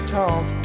talk